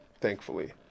thankfully